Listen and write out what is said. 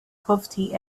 poverty